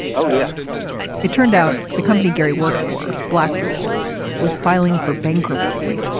oh yeah it turned out the company gary worked for black jewel was filing for bankruptcy.